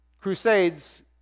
crusades